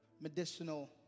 medicinal